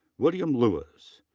william lewis.